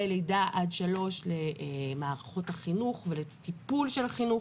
לידה עד שלוש למערכות החינוך ולטיפול של החינוך.